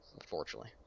unfortunately